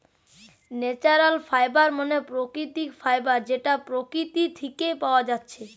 natural fibre মানে প্রাকৃতিক fibre যেটা প্রকৃতি থিকে পায়া যাচ্ছে